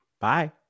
Bye